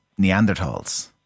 Neanderthals